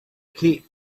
cape